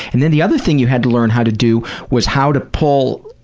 and then the other thing you had to learn how to do was how to pull,